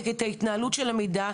אני רק רוצה להגיד לך שישבתי לידה במליאה